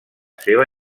seva